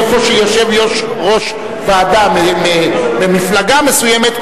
איפה שיש יושב-ראש ועדה ממפלגה מסוימת,